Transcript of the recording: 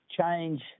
change